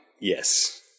Yes